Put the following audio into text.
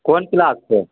कोन क्लासके